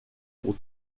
pour